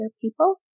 people